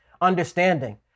Understanding